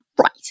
Right